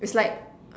it's like